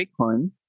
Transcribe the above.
Bitcoin